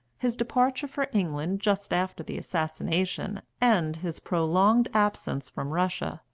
his departure for england just after the assassination, and his prolonged absence from russia,